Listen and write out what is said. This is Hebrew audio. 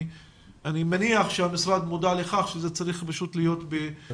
אני מניח שהמשרד מודע לכך שזה צריך להיות בכל